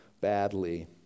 badly